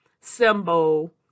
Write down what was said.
symbol